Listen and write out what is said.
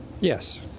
Yes